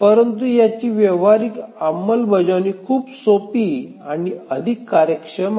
परंतु याची व्यावहारिक अंमलबजावणी खूप सोपी आणि अधिक कार्यक्षम आहे